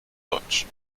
deutsch